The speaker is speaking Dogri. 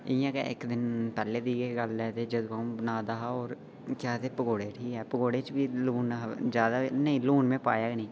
इ'यां गै इक दिन पैह्ले दी बी इ'यै गल्ल ऐ अ'ऊं बनादा हा अ'ऊं पकौडे पकौड़े च बी लून जैदा हा नेई लून में पाया गै नीं